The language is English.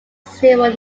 serial